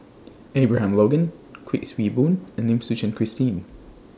Abraham Logan Kuik Swee Boon and Lim Suchen Christine